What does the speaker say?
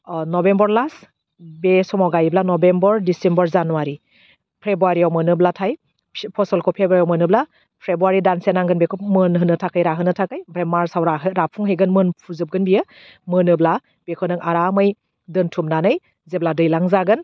अह November last बे समाव गायोब्ला नभेम्बर डिसिम्बर जानुवारि फेब्रुवारियाव मोनोब्लाथाय फसलखौ फेब्रुवारियाव मोनोब्ला फेब्रुवारि दानसे नांगोन बेखौ मोनहोनो थाखाय राहोनो थाखाय बे मार्चआव राहो राफुंहैगोन मोनफ्रुजोबगोन बेयो मोनोब्ला बेखौ नों आरामै दोनथुमनानै जेब्ला दैलां जागोन